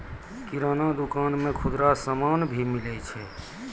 किराना दुकान मे खुदरा समान भी मिलै छै